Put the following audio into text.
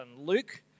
Luke